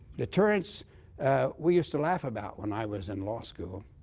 deterrence we used to laugh about when i was in law school.